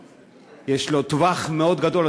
יש לו טווח מאוד גדול,